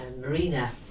Marina